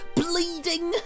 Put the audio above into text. bleeding